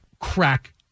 crack